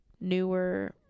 newer